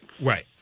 Right